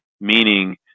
meaning